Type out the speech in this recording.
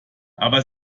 aber